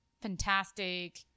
fantastic